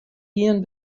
ihren